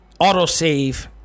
autosave